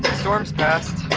storm's passed.